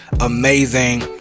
amazing